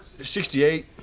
68